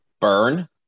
Burn